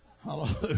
Hallelujah